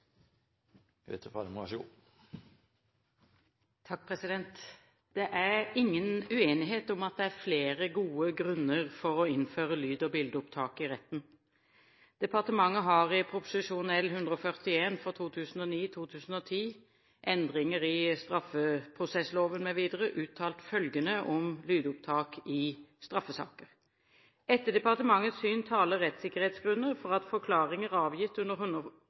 ingen uenighet om at det er flere gode grunner for å innføre lyd- og bildeopptak i retten. Departementet har i Prop. L 141 for 2009–2010, Endringer i straffeprosessloven mv., uttalt følgende om lydopptak i straffesaker: «Etter departementets syn taler rettssikkerhetsgrunner for at forklaringer avgitt under